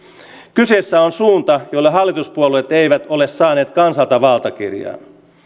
kyseessä on suunta jolle hallituspuolueet eivät kokoomusta lukuun ottamatta ole saaneet kansalta valtakirjaa